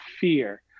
fear